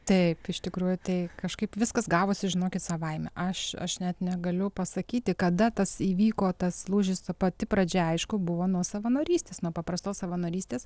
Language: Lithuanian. taip iš tikrųjų tai kažkaip viskas gavosi žinokit savaime aš aš net negaliu pasakyti kada tas įvyko tas lūžis ta pati pradžia aišku buvo nuo savanorystės nuo paprastos savanorystės